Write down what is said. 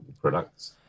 products